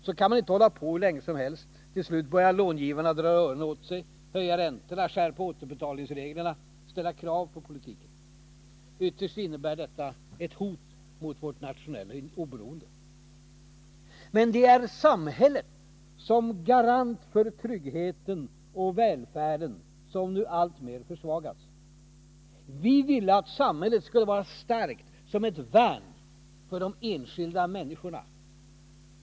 Så kan man inte hålla på hur länge som helst. Till slut börjar långivarna dra öronen åt sig, höja räntorna, skärpa återbetalningsreglerna, ställa krav på politiken. Ytterst innebär detta ett hot mot vårt nationella oberoende. Det är samhället som garant för tryggheten och välfärden som nu alltmer försvagas. Vi ville att samhället skulle vara starkt som ett värn för de enskilda människorna.